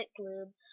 gloom